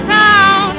town